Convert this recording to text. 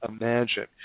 imagine